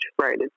right